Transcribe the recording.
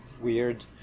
weird